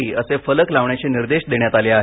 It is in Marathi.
असे फलक लावण्याचे निर्देश देण्यात आले आहेत